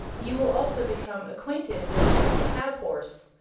you will also become acquainted with jim the cab-horse,